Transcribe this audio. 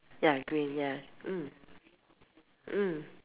ya green ya mm mm